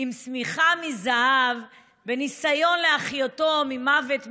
עם שמיכה מזהב בניסיון להחיותו ממוות מקור,